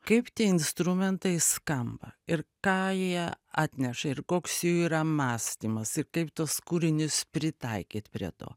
kaip tie instrumentai skamba ir ką jie atneša ir koks jų yra mąstymas ir kaip tuos kūrinius pritaikyt prie to